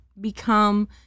become